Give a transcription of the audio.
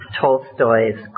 Tolstoy's